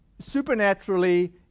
supernaturally